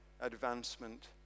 advancement